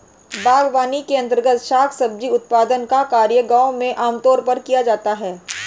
बागवानी के अंर्तगत शाक भाजी उत्पादन का कार्य गांव में आमतौर पर किया जाता है